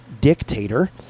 dictator